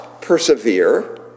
persevere